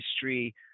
history